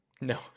No